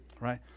Right